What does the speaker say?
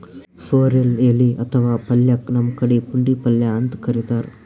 sorrel ಎಲಿ ಅಥವಾ ಪಲ್ಯಕ್ಕ್ ನಮ್ ಕಡಿ ಪುಂಡಿಪಲ್ಯ ಅಂತ್ ಕರಿತಾರ್